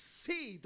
see